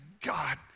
God